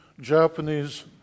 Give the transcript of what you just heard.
Japanese